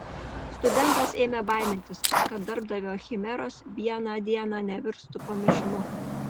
studentas ėmė baimintis kad darbdavio chimeros vieną dieną nevirstų pamišimu